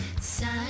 Sign